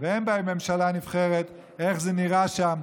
ואין בהן ממשלה נבחרת, איך זה נראה שם,